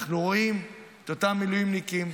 אנחנו רואים את אותם מילואימניקים,